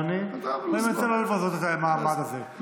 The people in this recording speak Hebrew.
תנסה לא לבזות את המעמד הזה.